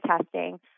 testing